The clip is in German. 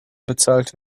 bezahlt